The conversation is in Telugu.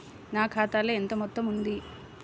నా ఖాతాలో ఎంత మొత్తం ఉంది?